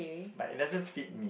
like it doesn't fit me